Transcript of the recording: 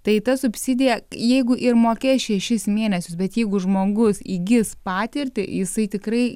tai ta subsidija jeigu ir mokėjai šešis mėnesius bet jeigu žmogus įgis patirtį jisai tikrai